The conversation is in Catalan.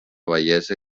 bellesa